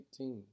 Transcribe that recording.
18